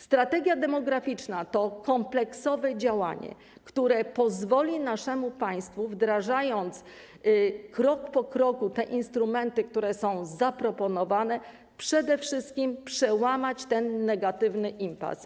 Strategia demograficzna to kompleksowe działanie, które pozwoli naszemu państwu, wdrażając krok po kroku te instrumenty, które są zaproponowane, przede wszystkim przełamać ten negatywny impas.